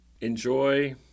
enjoy